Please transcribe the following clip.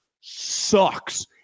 sucks